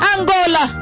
Angola